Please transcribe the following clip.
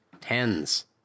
tens